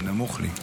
זה נמוך לי.